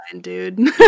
Dude